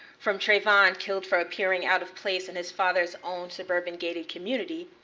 from trayvon killed for appearing out of place in his father's own suburban gated community,